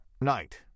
Night